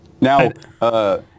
Now